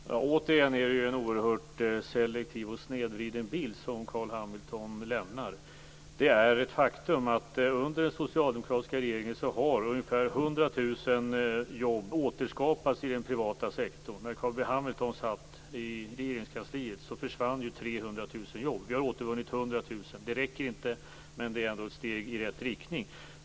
Fru talman! Carl B Hamilton lämnar återigen en oerhört selektiv och snedvriden bild. Det är ett faktum att under den socialdemokratiska regeringen har ungefär 100 000 jobb återskapats i den privata sektorn. 300 000 jobb. Vi har återvunnit 100 000. Det räcker inte, men det är ändå ett steg i rätt riktning.